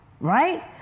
Right